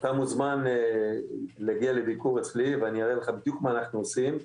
אתה מוזמן להגיע לביקור אצלי ואני אראה לך בדיוק מה אנחנו עושים,